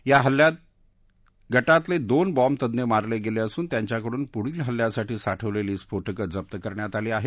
या हल्ल्यात गटातले दोन बॉम्ब तज्ञ मारले गेले असून त्यांच्याकडून पुढील हल्ल्यासाठी साठवलेली स्फोटकं जप्त करण्यात आली आहेत